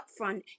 upfront